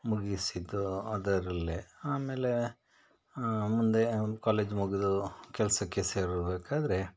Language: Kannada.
ಮುಗಿಸಿದ್ದು ಅದರಲ್ಲೇ ಆಮೇಲೇ ಮುಂದೆ ಒಂದು ಕಾಲೇಜ್ ಮುಗಿದು ಕೆಲಸಕ್ಕೆ ಸೇರಬೇಕಾದ್ರೆ